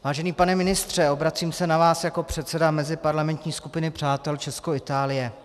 Vážený pane ministře, obracím se na vás jako předseda meziparlamentní skupiny přátel Česko Itálie.